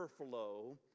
overflow